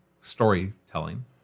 storytelling